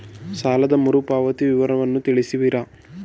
ಸಾಲದ ಮರುಪಾವತಿ ವಿವರಗಳನ್ನು ತಿಳಿಸುವಿರಾ?